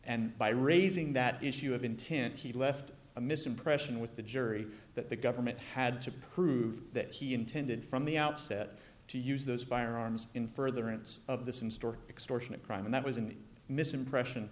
and by raising that issue of intent he left a misimpression with the jury that the government had to prove that he intended from the outset to use those firearms in furtherance of this in store extortion a crime that was in misimpression